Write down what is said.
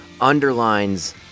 underlines